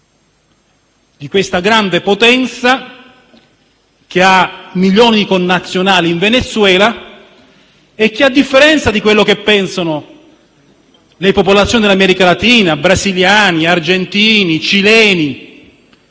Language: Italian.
evidentemente avrà anch'essa milioni di connazionali in Venezuela e che, a differenza di quello che pensano le popolazioni dell'America latina (brasiliani, argentini, cileni,